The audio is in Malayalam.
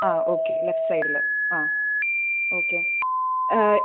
ആ ഓക്കേ ലെഫ്റ്റ് സൈഡിൽ ആ ഓക്കേ